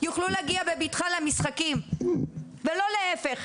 יוכלו להגיע בביטחה למשחקים ולא להיפך,